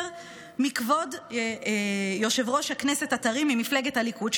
מכבוד יושב-ראש הכנסת הטרי ממפלגת הליכוד,